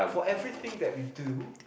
for everything that we do